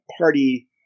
party